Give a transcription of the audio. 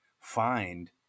find